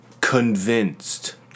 convinced